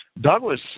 Douglas